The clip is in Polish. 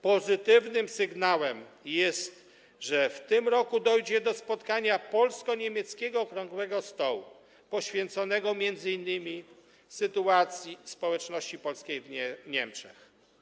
Pozytywnym sygnałem jest to, że w tym roku dojdzie do spotkania, polsko-niemieckiego okrągłego stołu, poświęconego m.in. sytuacji społeczności polskiej w Niemczech.